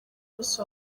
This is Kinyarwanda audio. munsi